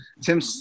Tim